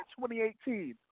2018